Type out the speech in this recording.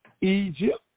Egypt